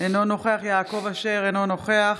אינו נוכח יעקב אשר, אינו נוכח